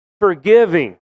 forgiving